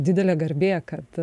didelė garbė kad